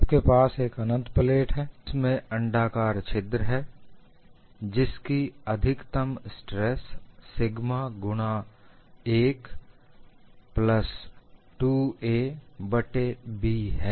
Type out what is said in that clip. आपके पास एक अनंत प्लेट है जिसमें अंडाकार छिद्र है जिसकी अधिकतम स्ट्रेस सिग्मा गुणा 1 2a बट्टे b है